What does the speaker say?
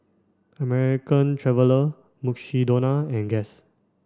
American Traveller Mukshidonna and Guess